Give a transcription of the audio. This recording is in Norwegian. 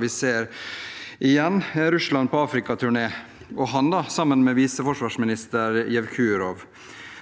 vi ser – igjen – Russland på Afrika-turné, med Averjanov sammen med viseforsvarsminister Yevkurov.